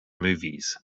movies